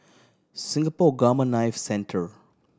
Singapore Gamma Knife Centre